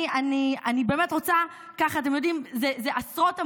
אני באמת רוצה ככה, אתם יודעים, זה עשרות עמודים,